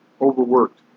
overworked